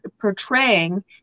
portraying